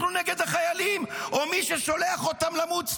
אנחנו נגד החיילים או מי ששולח אותם למות סתם,